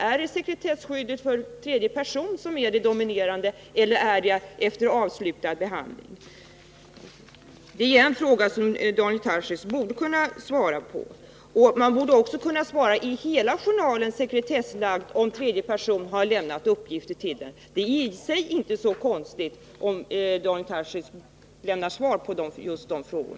Är det sekretesskyddet för tredje person som är det dominerande eller är det skyddet efter avslutad behandling? Det är, som sagt, en fråga som Daniel Tarschys borde kunna svara på. Man borde också kunna få veta om hela journalen är sekretessbelagd, om tredje person har lämnat uppgifter till den. Det är i och för sig inte så konstigt, om Daniel Tarschys lämnar svar på just dessa frågor.